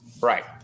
Right